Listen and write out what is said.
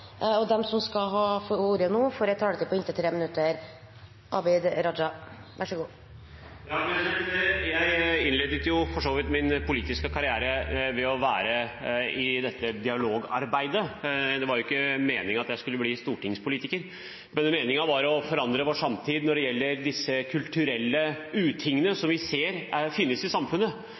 ordet, har en taletid på inntil 3 minutter. Jeg innledet for så vidt min politiske karriere med å være i dette dialogarbeidet. Det var ikke meningen at jeg skulle bli stortingspolitiker. Meningen var å forandre vår samtid når det gjelder disse kulturelle utingene som vi ser finnes i samfunnet,